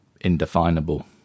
indefinable